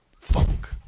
Funk